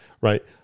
Right